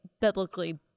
biblically